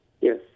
Yes